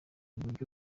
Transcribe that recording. uburyo